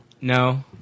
No